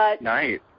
Nice